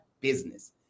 business